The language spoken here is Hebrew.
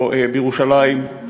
או בירושלים,